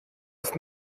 ist